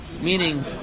meaning